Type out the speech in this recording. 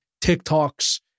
TikToks